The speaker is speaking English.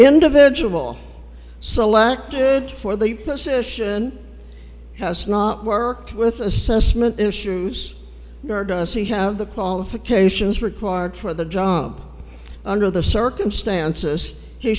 individual selected for the position has not worked with assessment issues nor does he have the qualifications required for the job under the circumstances he